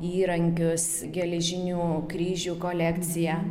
įrankius geležinių kryžių kolekciją